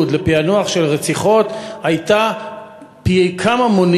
ובשכונת הרכבת בלוד לפענוח של רציחות הייתה פי כמה וכמה,